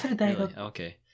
Okay